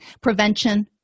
Prevention